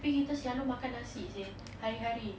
tapi kita selalu makan nasi seh hari-hari